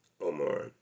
Omar